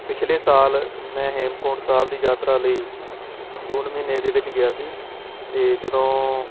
ਪਿਛਲੇ ਸਾਲ ਮੈਂ ਹੇਮਕੁੰਟ ਸਾਹਿਬ ਦੀ ਯਾਤਰਾ ਲਈ ਜੂਨ ਮਹੀਨੇ ਦੇ ਵਿੱਚ ਗਿਆ ਸੀ ਅਤੇ ਜਦੋਂ